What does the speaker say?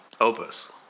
Opus